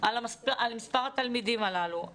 על מספר התלמידים הללו.